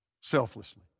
selflessly